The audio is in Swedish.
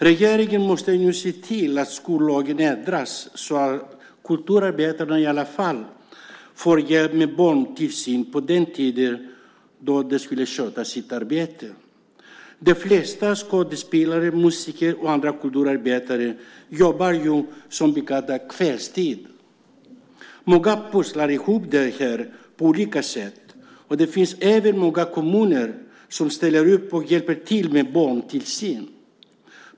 Regeringen måste nu se till att skollagen ändras så att kulturarbetarna i alla fall får hjälp med barntillsyn den tid då de ska sköta sitt arbete. De flesta skådespelare, musiker och andra kulturarbetare jobbar ju som bekant kvällstid. Många pusslar ihop det på olika sätt. Det finns även många kommuner som ställer upp och hjälper till med barntillsyn.